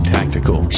Tactical